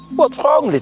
what's wrong,